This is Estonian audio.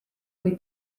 või